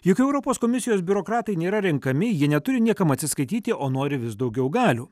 juk europos komisijos biurokratai nėra renkami ji neturi niekam atsiskaityti o nori vis daugiau galių